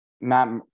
Matt